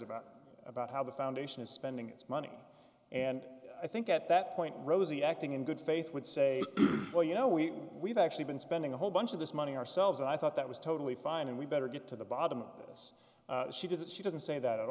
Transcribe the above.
about about how the foundation is spending its money and i think at that point rosie acting in good faith would say well you know we we've actually been spending a whole bunch of this money ourselves and i thought that was totally fine and we better get to the bottom of this she does it she doesn't say that at